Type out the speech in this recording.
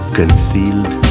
concealed